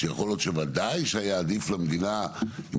יכול להיות שוודאי שהיה עדיף למדינה אם